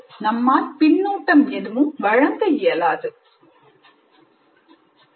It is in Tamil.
நம்மால் பின்னூட்டம் எதுவும் வழங்க இயலாது